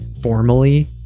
Formally